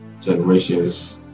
generations